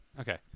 Okay